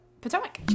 Potomac